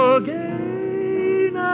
again